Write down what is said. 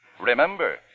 Remember